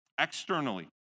externally